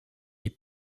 les